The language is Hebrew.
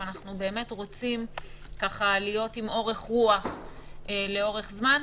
אם אנחנו באמת רוצים להיות עם אורך רוח לאורך זמן,